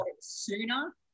Sooner